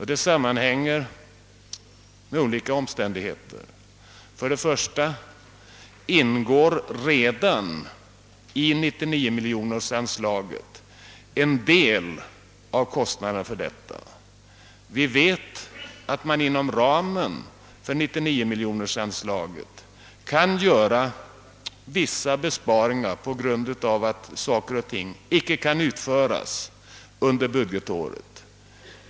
Det sammanhänger med olika omständigheter. För det första ingår redan i 99-miljonersanslaget en del av kostnaden för detta. Vi vet att man inom ramen för 99-miljonersanslaget kan göra vissa besparingar på grund av att en del saker icke kan verkställas under budgetåret.